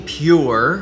pure